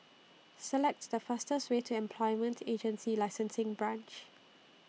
Select The fastest Way to Employment Agency Licensing Branch